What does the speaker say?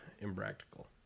impractical